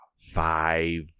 five